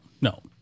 No